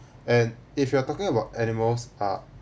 and if you are talking about animals are